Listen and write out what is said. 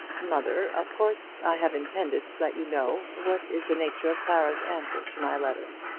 mother, of course i have intended to let you know what is the nature of clara's answer to my letter.